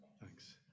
thanks